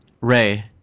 Ray